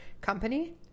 company